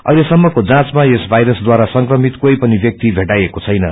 अहिले सम्पको जाँचमा यस वायरसद्वारा सर्वमित कोही पनि व्याक्ति भेटाईएको छैन